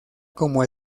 como